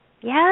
Yes